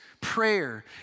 Prayer